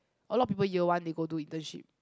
a lot of people year one they go to internship